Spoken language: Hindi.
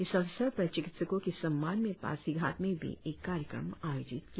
इस अवसर पर चिकित्सकों के सम्मान में पासिघाट में भी एक कार्यक्रम आयोजित किया